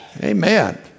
Amen